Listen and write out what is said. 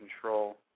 Control